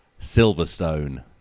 Silverstone